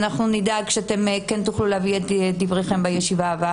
ואנחנו נדאג שאתם כן תוכלו להביא את דבריכם בישיבה הבאה.